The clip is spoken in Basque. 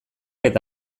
eta